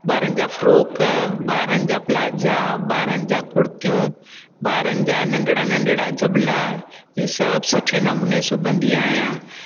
ॿारनि जा फ्रोक ॿारनि जा प्लाजा ॿारनि जा कुर्तियूं ॿारनि जा नंढिड़ा नंढिड़ा जबला इहे सभु सुठे नमूने सिबंदी आहियां